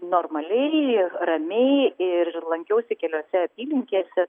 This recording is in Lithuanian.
normaliai ramiai ir lankiausi keliose apylinkėse